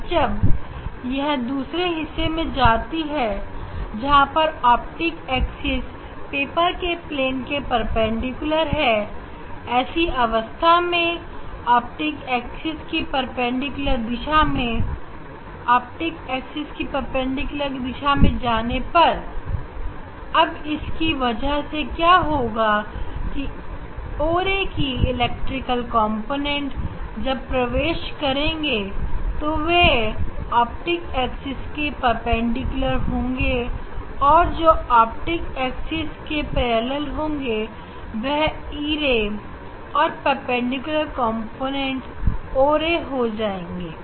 अब जब यह है दूसरे हिस्से में जाती है जहां पर ऑप्टिक एक्सिस पेपर के प्लेन के परपेंडिकुलर है ऐसी अवस्था में ऑप्टिक एक्सिस की परपेंडिकुलर दिशा में जा रही है अब इसकी वजह से क्या होगा की o ray इलेक्ट्रिक कॉम्पोनेंट जब प्रवेश करेंगे तो वह ऑप्टिक एक्सिस के परपेंडिकुलर होंगे और जो ऑप्टिक्स एक्सिस के पैरेलल होंगे वह e ray और परपेंडिकुलर कंप्लेंट ओ रे बनाएँगे